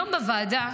שהיום בוועדה,